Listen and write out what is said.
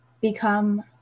become